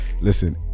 Listen